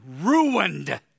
ruined